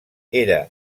era